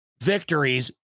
victories